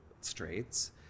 straits